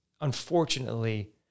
unfortunately